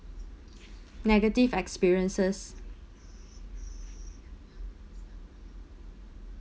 negative experiences